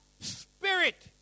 spirit